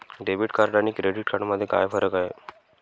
Debit आणि credit card मध्ये काय फरक आहे?